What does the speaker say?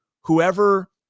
whoever